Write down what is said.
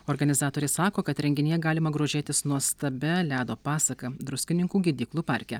organizatoriai sako kad renginyje galima grožėtis nuostabia ledo pasaka druskininkų gydyklų parke